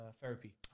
therapy